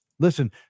Listen